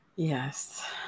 Yes